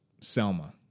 Selma